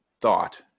thought